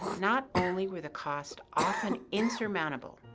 not only were the costs often insurmountable,